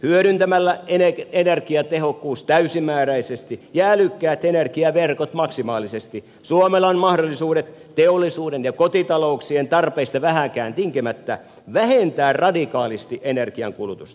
hyödyntämällä energiatehokkuus täysimääräisesti ja älykkäät energiaverkot maksimaalisesti suomella on mahdollisuudet teollisuuden ja kotitalouksien tarpeista vähääkään tinkimättä vähentää radikaalisti energiankulutusta